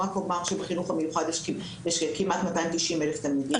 אני רק אומר שבחינוך המיוחד יש כמעט 290 אלף תלמידים.